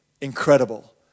Incredible